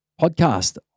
Podcast